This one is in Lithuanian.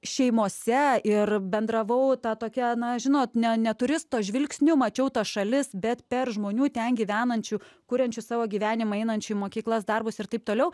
šeimose ir bendravau ta tokia na žinot ne ne turisto žvilgsniu mačiau tas šalis bet per žmonių ten gyvenančių kuriančių savo gyvenimą einančių į mokyklas darbus ir taip toliau